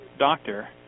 doctor